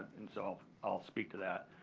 and so i'll speak to that.